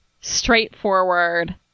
straightforward